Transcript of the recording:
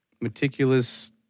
meticulous